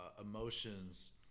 emotions